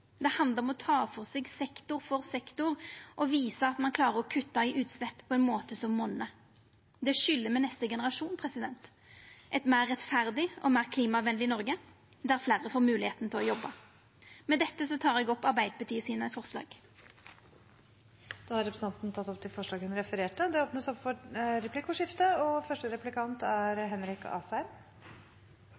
Det handlar om å ta for seg sektor for sektor og visa at ein klarar å kutta i utsleppa på ein måte som monnar. Det skyldar me neste generasjon – eit meir rettferdig og meir klimavennleg Norge, der fleire får moglegheita til å jobba. Med dette tek eg opp Arbeidarpartiet sine forslag. Da har representanten Hadia Tajik tatt opp de forslagene hun refererte til. Det blir replikkordskifte. Jeg er